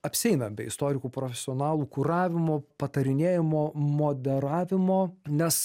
apsieina be istorikų profesionalų kuravimų patarinėjimo modeliavimo nes